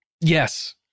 Yes